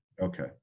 Okay